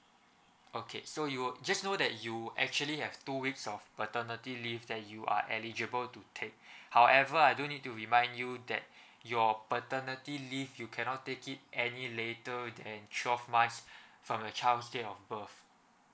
okay so you would just know that you actually have two weeks of paternity leave that you are eligible to take however I don't need to remind you that your paternity leave you cannot take it any later then twelve months from your child's date of birth